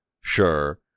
sure